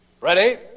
Ready